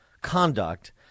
conduct